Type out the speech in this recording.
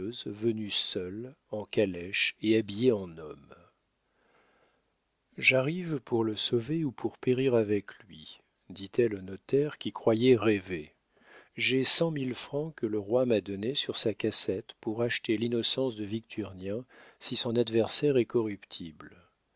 seule en calèche et habillée en homme j'arrive pour le sauver ou pour périr avec lui dit-elle au notaire qui croyait rêver j'ai cent mille francs que le roi m'a donnés sur sa cassette pour acheter l'innocence de victurnien si son adversaire est corruptible